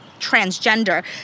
transgender